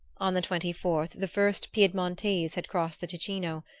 on the twenty-fourth the first piedmontese had crossed the ticino,